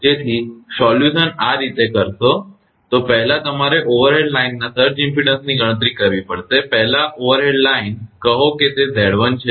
તેથી સોલ્યુશનઉકેલ આ કેવી રીતે કરશો તો પહેલાં તમારે ઓવરહેડ લાઇનના સર્જ ઇમપેડન્સની ગણતરી કરવી પડશે પહેલા ઓવરહેડ લાઈન કહો કે તે 𝑍1 છે